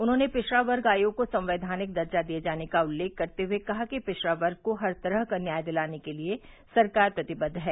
उन्होंने पिछड़ा वर्ग आयोग को संवैधानिक दर्जा दिये जाने का उल्लेख करते हुए कहा कि पिछड़ा वर्ग को हर तरह का न्याय दिलाने के लिए सरकार प्रतिबद्द है